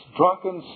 drunken